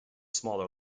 smaller